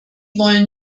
wollen